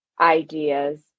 ideas